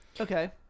okay